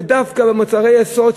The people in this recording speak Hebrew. ודווקא במוצרי יסוד,